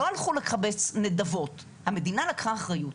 לא הלכו לקבץ נדבות, המדינה לקחה אחריות.